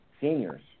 seniors